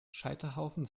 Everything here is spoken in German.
scheiterhaufen